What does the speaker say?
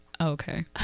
okay